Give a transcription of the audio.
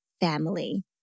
family